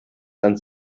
dann